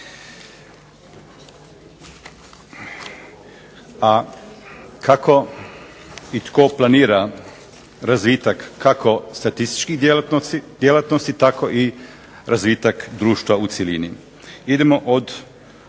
A kako i tko planira razvitak, kako statističkih djelatnosti, tako i razvitak društva u cjelini? Idemo od